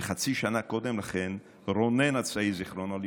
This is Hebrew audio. וחצי שנה קודם לכן רונן הצעיר, זיכרונו לברכה,